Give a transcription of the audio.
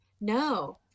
No